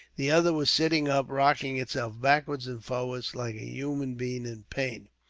the other was sitting up, rocking itself backwards and forwards, like a human being in pain.